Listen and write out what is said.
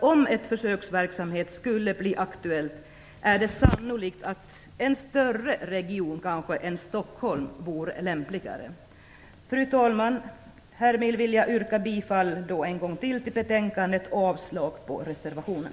Om en försöksverksamhet skulle bli aktuell är det sannolikt att en större region än Stockholm vore lämpligare. Fru talman! Härmed vill jag återigen yrka bifall till utskottets hemställan och avslag på reservationen.